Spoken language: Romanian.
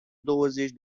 douăzeci